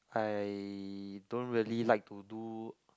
I don't really like to do